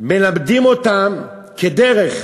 מלמדים אותם כדרך,